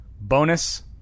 bonus